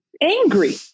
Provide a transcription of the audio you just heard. angry